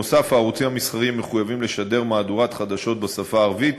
נוסף על כך הערוצים המסחריים מחויבים לשדר מהדורת חדשות בשפה הערבית,